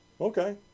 Okay